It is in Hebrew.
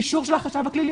אישור של החשב הכללי.